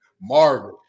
Marvin